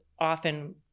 often